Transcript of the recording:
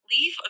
Leave